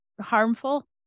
harmful